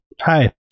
Hi